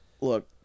look